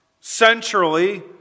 Centrally